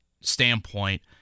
standpoint